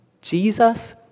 Jesus